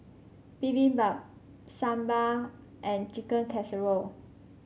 Bibimbap Sambar and Chicken Casserole